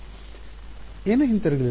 ಏನೂ ಹಿಂತಿರುಗಲಿಲ್ಲ